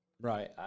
Right